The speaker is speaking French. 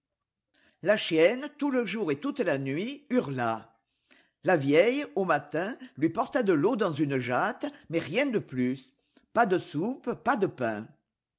la chienne tout le jour et toute la nuit hurla la vieille au matin lui porta de l'eau dans une jatte mais rien de plus pas de soupe pas de pain